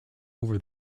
over